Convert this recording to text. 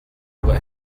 what